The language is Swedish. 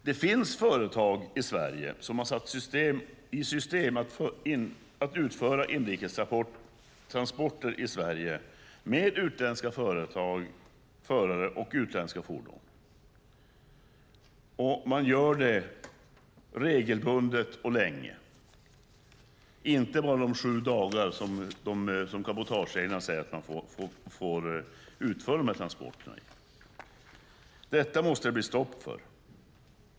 Det finns företag i Sverige som har satt i system att utföra inrikestransporter med utländska förare och utländska fordon. Man gör det regelbundet och länge, inte bara de sju dagar som cabotageägarna säger att man får utföra de här transporterna under. Detta måste det bli stopp för.